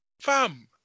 Fam